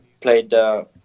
played